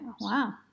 Wow